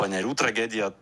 panerių tragediją